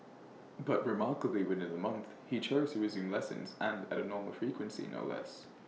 but remarkably within A month he chose to resume lessons and at A normal frequency no less